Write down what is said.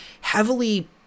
heavily